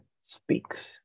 speaks